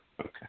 Okay